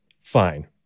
Fine